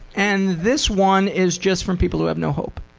and this one is just from people who have no hope.